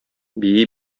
бии